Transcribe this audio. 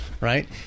Right